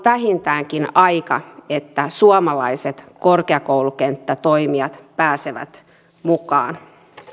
vähintäänkin aika että suomalaiset korkeakoulukenttätoimijat pääsevät mukaan